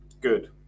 Good